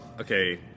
Okay